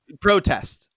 Protest